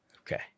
Okay